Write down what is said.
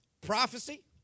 Prophecy